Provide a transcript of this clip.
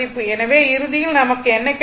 எனவே இறுதியில் நமக்கு என்ன கிடைத்தது